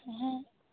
ᱦᱮᱸ